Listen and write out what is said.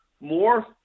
more